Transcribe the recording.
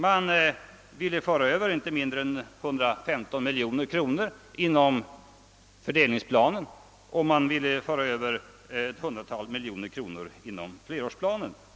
Man ville föra över inte mindre än 115 miljoner kronor inom fördelningsplanen, och man ville föra över ca 100 miljoner kronor inom flerårsplanen.